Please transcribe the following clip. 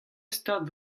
stad